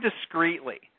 discreetly